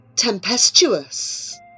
Tempestuous